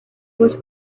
was